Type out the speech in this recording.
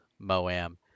Moam